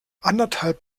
anderthalb